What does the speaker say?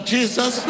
Jesus